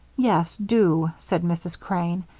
yes, do, said mrs. crane,